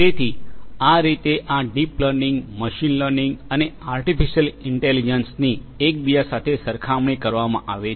તેથી આ રીતે આ ડીપ લર્નિંગ મશીન લર્નિંગ અને આર્ટીફિશિઅલ ઇન્ટેલિજન્સની એકબીજા સાથે સરખામણી કરવામાં આવે છે